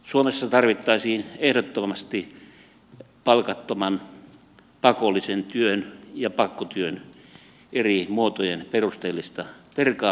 suomessa tarvittaisiin ehdottomasti palkattoman pakollisen työn ja pakkotyön eri muotojen perusteellista perkaamista